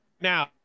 now